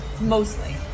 Mostly